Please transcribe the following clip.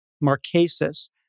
Marquesas